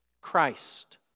Christ